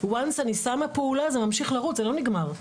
מרגע שאני שמה פעולה, זה ממשיך לרוץ, זה לא נגמר.